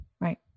right